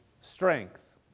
strength